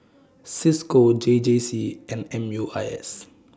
CISCO J J C and M U I S